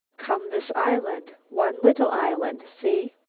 come this island, one little island. see?